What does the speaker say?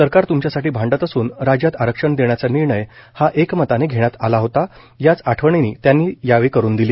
सरकार तूमच्यासाठी भांडत असून राज्यात आरक्षण देण्याचा निर्णय हा एकमताने घेण्यात आला होता याच आठवणही त्यांनी यावेळी करुन दिली